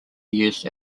used